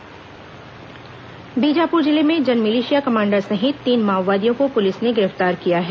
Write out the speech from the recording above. माओवादी गिरफ्तार बीजापुर जिले में जनमिलिशिया कमांडर सहित तीन माओवादियों को पुलिस ने गिरफ्तार किया है